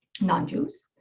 non-Jews